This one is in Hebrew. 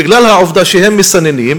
בגלל העובדה שהם מסננים,